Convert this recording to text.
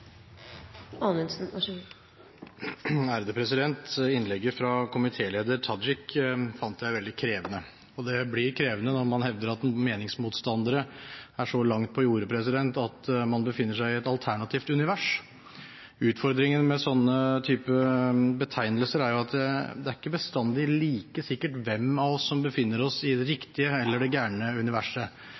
Innlegget fra komitéleder Tajik fant jeg veldig krevende. Det blir krevende når man hevder at meningsmotstandere er så langt på jordet at man befinner seg i et «alternativt univers». Utfordringen med sånne typer betegnelser er jo at det er ikke bestandig like sikkert hvem av oss som befinner seg i det riktige eller gale universet. Etter det